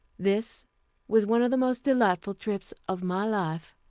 this was one of the most delightful trips of my life,